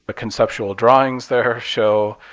ah conceptual drawings there show